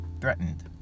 threatened